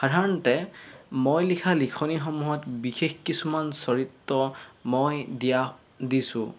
সাধাৰণতে মই লিখা লিখনিসমূহত বিশেষ কিছুমান চৰিত্ৰ মই দিয়া দিছোঁ